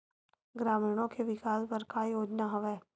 ग्रामीणों के विकास बर का योजना हवय?